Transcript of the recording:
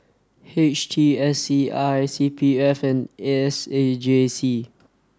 H T S C I C P F and S A J C